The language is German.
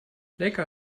lecker